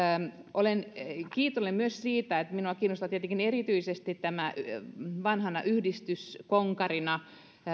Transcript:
olen kiitollinen myös siitä minua kiinnostaa tietenkin erityisesti vanhana yhdistyskonkarina